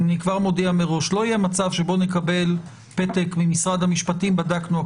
לא יהיה מצב שבו נקבל פתק ממשרד המשפטים: בדקנו,